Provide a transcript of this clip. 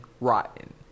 rotten